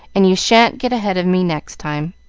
and you sha'n't get ahead of me next time.